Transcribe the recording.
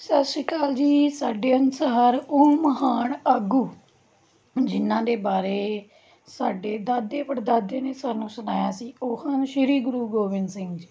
ਸਤਿ ਸ਼੍ਰੀ ਅਕਾਲ ਜੀ ਸਾਡੇ ਅਨੁਸਾਰ ਉਹ ਮਹਾਨ ਆਗੂ ਜਿਹਨਾਂ ਦੇ ਬਾਰੇ ਸਾਡੇ ਦਾਦੇ ਪੜਦਾਦੇ ਨੇ ਸਾਨੂੰ ਸੁਣਾਇਆ ਸੀ ਉਹ ਹਨ ਸ਼੍ਰੀ ਗੁਰੂ ਗੋਬਿੰਦ ਸਿੰਘ ਜੀ